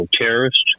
terrorists